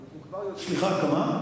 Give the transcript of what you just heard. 6?